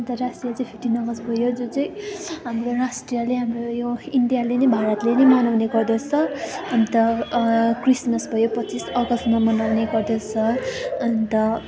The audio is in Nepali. अन्तर्राष्ट्रिय चाहिँ फिफ्टिन अगस्त भयो जुन चाहिँ हाम्रो राष्ट्रियले हाम्रो यो इन्डियाले नै भारतले नै मनाउने गर्दछ अन्त क्रिसमस भयो पच्चिस अगस्तमा मनाउने गर्दछ अन्त